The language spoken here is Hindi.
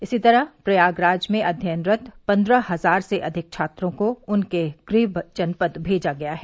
इसी तरह प्रयागराज में अध्ययनरत पंद्रह हजार से अधिक छात्रों को उनके गृह जनपद भेजा गया है